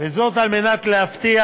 וזאת על מנת להבטיח